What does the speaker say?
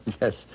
Yes